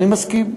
ואני מסכים,